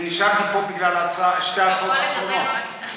אני נשארתי פה בגלל שתי ההצעות האחרונות.